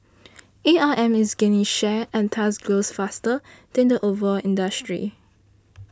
A R M is gaining share and thus grows faster than the overall industry